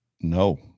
No